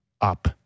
up